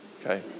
Okay